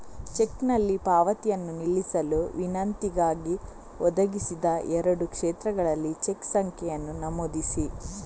ಚೆಕ್ನಲ್ಲಿ ಪಾವತಿಯನ್ನು ನಿಲ್ಲಿಸಲು ವಿನಂತಿಗಾಗಿ, ಒದಗಿಸಿದ ಎರಡೂ ಕ್ಷೇತ್ರಗಳಲ್ಲಿ ಚೆಕ್ ಸಂಖ್ಯೆಯನ್ನು ನಮೂದಿಸಿ